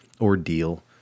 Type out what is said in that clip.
ordeal